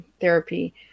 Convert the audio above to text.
therapy